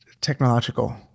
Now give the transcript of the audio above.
technological